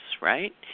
right